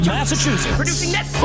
Massachusetts